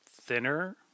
thinner